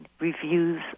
reviews